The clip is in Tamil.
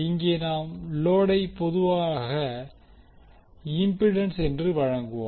இங்கே நாம் லோடை பொதுவாக இம்பிடன்ஸ் என்று வழங்குவோம்